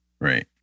Right